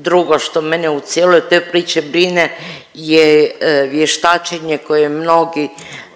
drugo što mene u cijeloj toj priči brine je vještačenje koje mnogi